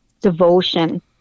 devotion